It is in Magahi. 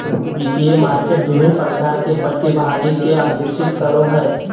वित्तीय मार्केट विभिन्न प्रकार के प्रतिभागि के आकर्षित करो हइ